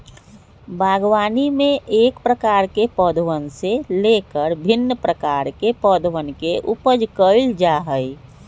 बागवानी में एक प्रकार के पौधवन से लेकर भिन्न प्रकार के पौधवन के उपज कइल जा हई